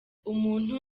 umuntu